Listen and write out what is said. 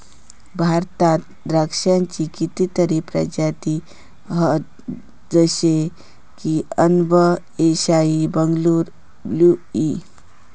भारतात द्राक्षांची कितीतरी प्रजाती हत जशे की अनब ए शाही, बंगलूर ब्लू ई